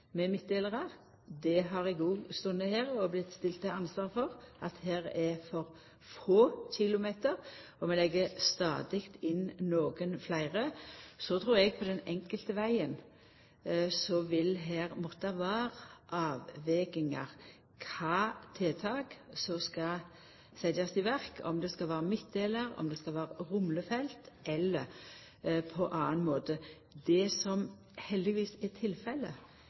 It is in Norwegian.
med midtdelarar. Eg har òg stått her og blitt stilt til ansvar for at det er for få kilometer. Og vi legg stadig inn nokre fleire. Så trur eg at det på den enkelte vegen vil måtta vera avvegingar av kva tiltak som skal setjast i verk – om det skal vera midtdelar, om det skal vera rumlefelt eller gjerast på annen måte. Det som heldigvis er tilfellet,